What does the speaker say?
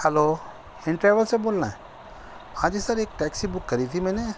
hello Hind travel سے بول رہے ہیں ہاں جی سر ایک ٹیکسی بک کری تھی میں نے